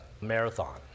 marathon